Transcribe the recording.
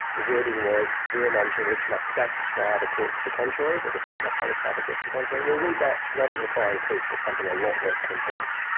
the wording was vera um momcilovic must satisfy the court to the contrary, the defendant must satisfy the court to the contrary, we'll read that not as requiring proof but something a lot less than proof.